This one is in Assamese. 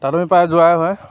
তাৰলৈ আমি প্ৰায় যোৱাই হয়